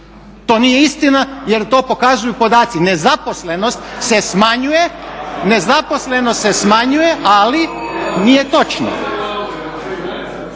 To nije istina jer to pokazuju podaci. Nezaposlenost se smanjuje… … /Buka